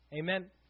Amen